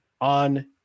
on